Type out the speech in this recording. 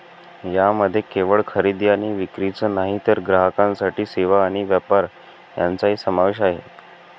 यामध्ये केवळ खरेदी आणि विक्रीच नाही तर ग्राहकांसाठी सेवा आणि व्यापार यांचाही समावेश आहे